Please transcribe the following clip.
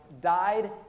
died